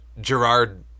Gerard